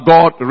God